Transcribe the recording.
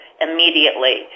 immediately